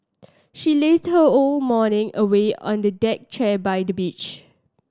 she lazed her whole morning away on a deck chair by the beach